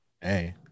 hey